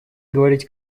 говорить